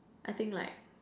I think like